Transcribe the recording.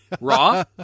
raw